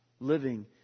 living